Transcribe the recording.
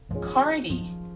Cardi